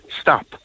stop